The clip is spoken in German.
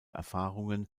erfahrungen